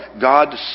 God